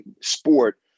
sport